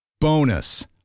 Bonus